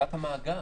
לשאלת המאגר?